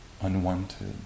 unwanted